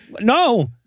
No